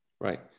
right